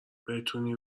بتونی